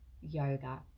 yoga